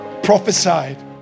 prophesied